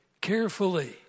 carefully